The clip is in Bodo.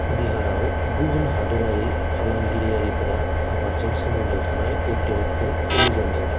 बिहाराव गुबुन हादोरारि फालांगिरियारिफोरा आबादजों सोमोनदो थानाय उद्द'गफोर खुलिजेनदोंमोन